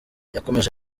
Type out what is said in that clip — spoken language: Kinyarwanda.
yakomeje